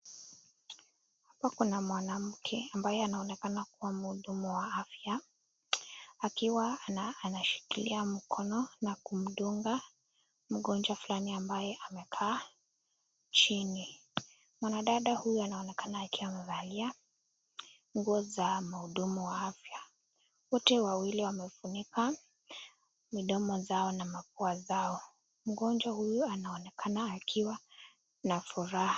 Hapa kuna mwanamke ambaye anaonekana kuwa mhudumu wa afya akiwa anashikilia mkono na kumdunga mgonjwa fulani ambaye amekaa chini. Mwanadada huyu anaonekana akiwa amevalia nguo za mhudumu wa afya wote wawili wanafunika midomo zao na mapua zao. Mgonjwa huyu anaonekana akiwa na furaha.